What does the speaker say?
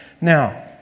now